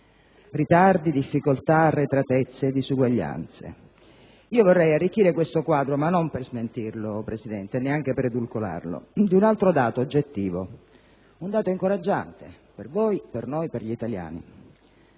Ritardi, difficoltà, arretratezze e disuguaglianze. Io vorrei arricchire questo quadro, ma non per smentirlo e neanche per edulcorarlo, di un altro dato oggettivo, un dato incoraggiante per voi, per noi e per gli italiani.